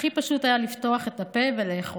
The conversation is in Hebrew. הכי פשוט היה פשוט לפתוח את הפה ולאכול.